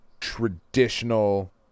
traditional